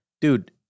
Dude